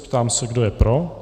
Ptám se, kdo je pro.